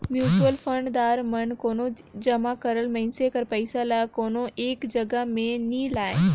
mutual fund दार मन कोनो जमा करल मइनसे कर पइसा ल कोनो एक जगहा में नी लगांए